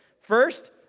First